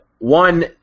one